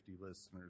listeners